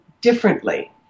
differently